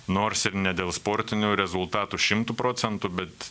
nors ir ne dėl sportinių rezultatų šimtu procentų bet